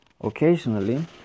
Occasionally